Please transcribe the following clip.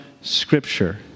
Scripture